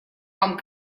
вам